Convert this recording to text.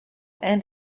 and